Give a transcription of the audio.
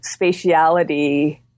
spatiality